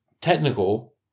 technical